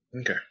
Okay